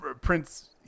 Prince